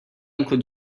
uncle